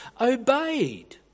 obeyed